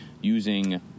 using